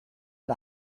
and